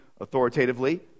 authoritatively